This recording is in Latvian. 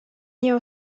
jau